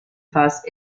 faz